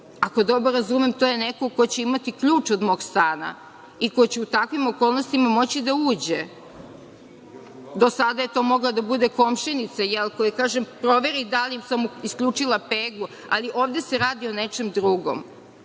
Ako dobro razumem, to je neko ko će imati ključ od mog stana i ko će u takvim okolnostima moći da uđe. Do sada je to mogla da bude komšinica, kojoj kažem proveri da li sam isključila peglu. Ali, ovde se radi o nečemu drugom. Ne